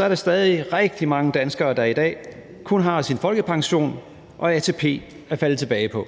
er der stadig væk rigtig mange danskere, der i dag kun har deres folkepension og ATP at falde tilbage på.